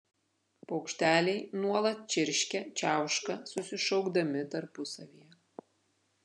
paukšteliai nuolat čirškia čiauška susišaukdami tarpusavyje